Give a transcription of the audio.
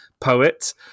poet